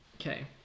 Okay